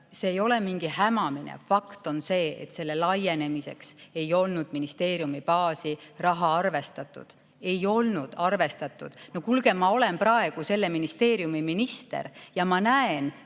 see ei ole mingi hämamine, see on fakt –, et selle laienemiseks ei olnud ministeeriumi baasi raha arvestatud. Ei olnud arvestatud! No kuulge, ma olen praegu selle ministeeriumi minister ja ma näen